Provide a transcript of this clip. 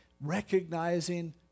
recognizing